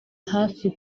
hafi